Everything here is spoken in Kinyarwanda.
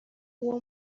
uwo